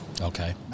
Okay